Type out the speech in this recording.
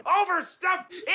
overstuffed